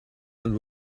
and